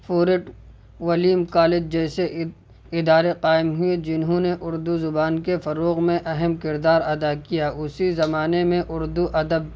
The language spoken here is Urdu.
فورٹ ولیم کالج جیسے ادارے قائم ہوئے جنہوں نے اردو زبان کے فروغ میں اہم کردار ادا کیا اسی زمانے میں اردو ادب